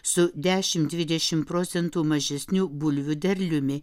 su dešim dvidešim procentų mažesniu bulvių derliumi